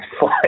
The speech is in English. fly